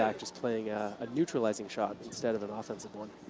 like just playing a neutralizing shot, instead of an offensive one.